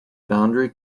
boundary